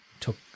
took